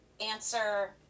answer